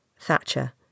Thatcher